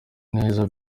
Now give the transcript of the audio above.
neza